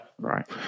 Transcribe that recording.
Right